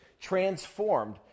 transformed